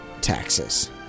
taxes